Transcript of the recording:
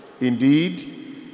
Indeed